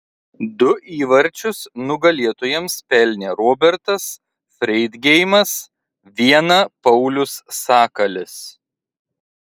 du įvarčius nugalėtojams pelnė robertas freidgeimas vieną paulius sakalis